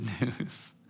news